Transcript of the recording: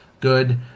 good